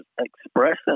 expressing